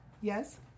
Yes